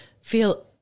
feel